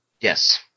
Yes